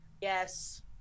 yes